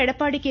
Edappadi K